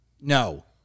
no